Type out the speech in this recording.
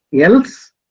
else